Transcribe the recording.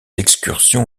excursions